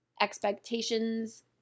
expectations